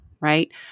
right